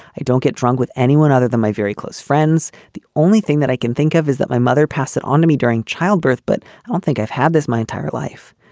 i don't get drunk with anyone other than my very close friends. the only thing that i can think of is that my mother pass it on to me during childbirth, but i don't think i've had this my entire life.